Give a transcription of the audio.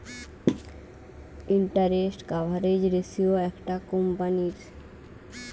interest coverage ratio একটা কোম্পানীর